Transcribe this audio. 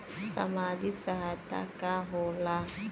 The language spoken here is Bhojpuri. सामाजिक सहायता का होला?